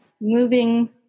moving